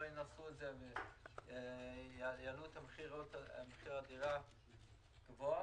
ינצלו את זה ויעלו את מחיר הדירה למחיר גבוה.